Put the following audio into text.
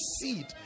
seed